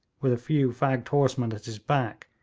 with a few fagged horsemen at his back,